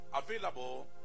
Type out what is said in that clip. available